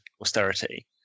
austerity